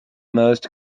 most